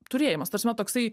turėjimas ta prasme toksai